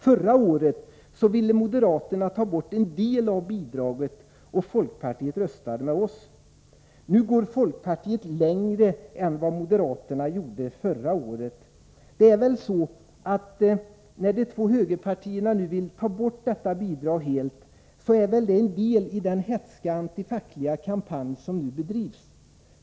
Förra året ville moderaterna ta bort en del av bidraget och folkpartiet röstade med oss, nu går folkpartiet längre än moderaterna förra året. Det är väl så att när de två högerpartierna nu vill ta bort detta bidrag helt är det en del i den hätska anti-fackliga kampanj som bedrivs.